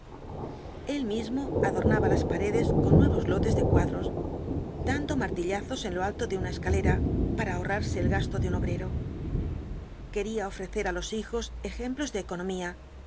el mismo adornaba las paredes con nuevos lotes de cuadros dando martillazos en lo alto de una escalera v bulsoo ibáñkz para ahorrarse el gasto de un obrero quería ofrecer á los hijos ejemplos de economía